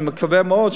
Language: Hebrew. אני מקווה מאוד,